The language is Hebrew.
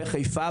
בחיפה,